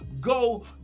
go